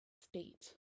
state